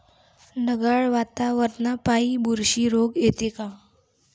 ढगाळ वातावरनापाई बुरशी रोग येते का?